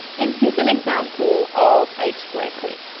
and here's an example of a square clip.